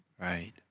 Right